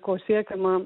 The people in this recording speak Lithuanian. ko siekiama